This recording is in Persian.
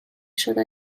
شدن